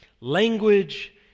language